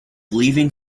leaving